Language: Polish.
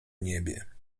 niebie